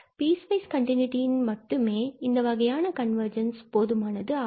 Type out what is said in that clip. piece wise கன்டினுட்டியில் மட்டுமே இந்த வகையான கன்வர்ஜென்ஸ் போதுமானது ஆகும்